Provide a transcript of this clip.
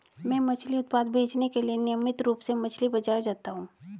मैं मछली उत्पाद बेचने के लिए नियमित रूप से मछली बाजार जाता हूं